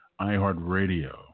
iHeartRadio